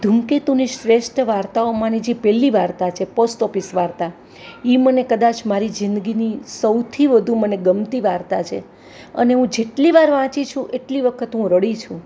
ધૂમકેતુની શ્રેષ્ટ વાર્તાઓ માની જે પેલી વાર્તા છે પોસ્ટ ઓફિસ વાર્તા ઇ મને કદાચ મારી જિંદગીની સૌથી વધુ મને ગમતી વાર્તા છે અને હું જેટલી વાર વાંચી છું એટલી વાર એટલી વખત હું રડી છું